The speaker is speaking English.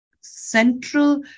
central